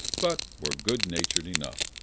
but were good-natured enough.